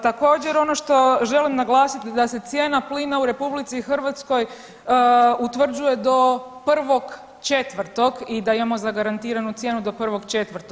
Također, ono što želim naglasiti da se cijena plina u RH utvrđuje do 1.4. i da imamo zagarantiranu cijenu do 1.4.